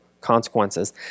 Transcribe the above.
consequences